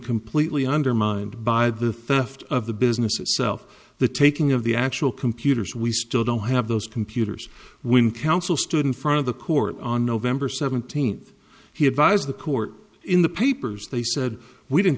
completely undermined by the theft of the business itself the taking of the actual computers we still don't have those computers when counsel stood in front of the court on nov seventeenth he advised the court in the papers they said we didn't